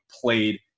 played